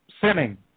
sinning